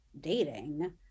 dating